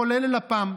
כולל ללפ"מ.